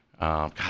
God